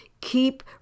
Keep